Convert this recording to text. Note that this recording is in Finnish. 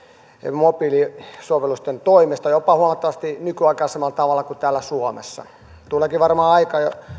mobiilisovellusten toimesta jopa huomattavasti nykyaikaisemmalla tavalla kuin täällä suomessa tuleekin varmaan aika